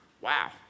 Wow